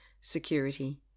security